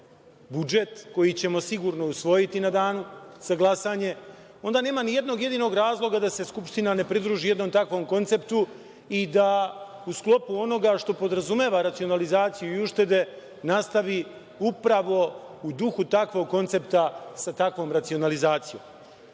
budžet, koji ćemo sigurno usvojiti u danu za glasanje, onda nema nijednog jedinog razloga da se Skupština ne pridruži jednom takvom konceptu i da u sklopu onoga što podrazumeva racionalizaciju i uštede nastavi upravo u duhu takvog koncepta sa takvom racionalizacijom. Ako